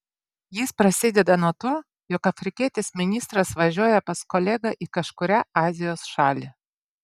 jis prasideda nuo to jog afrikietis ministras važiuoja pas kolegą į kažkurią azijos šalį